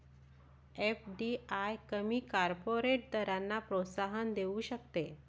FDI कमी corporate दरांना प्रोत्साहन देऊ शकते